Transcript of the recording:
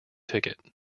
ticket